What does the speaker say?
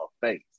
face